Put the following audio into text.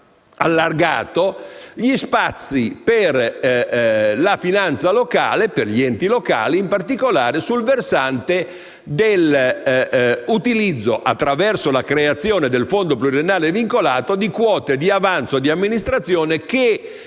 allargato - gli spazi per la finanza degli enti locali, in particolare sul versante dell'utilizzo, attraverso la creazione del fondo pluriennale vincolato, di quote di avanzo di amministrazione che